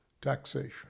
taxation